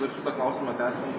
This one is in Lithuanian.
bet šitą klausimą tęsiant